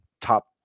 top